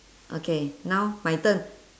okay now my turn